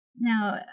Now